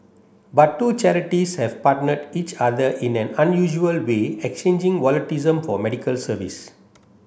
but two charities have partnered each other in an unusual way exchanging volunteerism for medical service